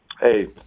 Hey